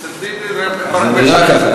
אצל ביבי, זה נראה ככה.